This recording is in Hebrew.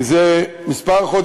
זה חודשים מספר,